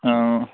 অঁ